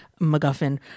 MacGuffin